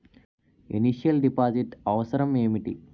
Initial deposit అవసరం ఏమిటి?